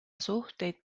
suhteid